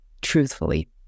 truthfully